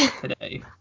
today